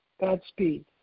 Godspeed